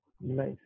Nice